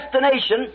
destination